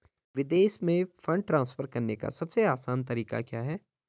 विदेश में fund transfer करने का सबसे आसान तरीका क्या है?